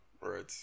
right